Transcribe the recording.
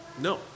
No